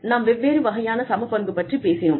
நாம் வெவ்வேறு வகையான சமபங்கு பற்றி பேசினோம்